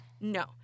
No